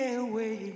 away